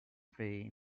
may